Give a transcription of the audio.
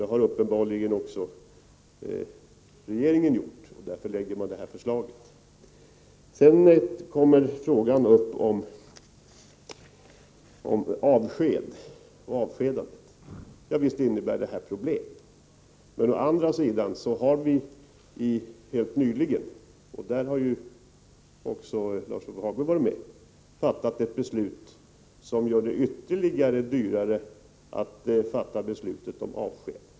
Det gör uppenbarligen också regeringen, och därför lägger den fram detta förslag. Sedan kommer frågan upp om avskedande. Visst innebär det här problem, men å andra sidan har vi helt nyligen fattat ett beslut — då var också Lars-Ove Hagberg med — som gör det ännu dyrare att fatta beslutet om avsked.